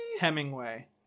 hemingway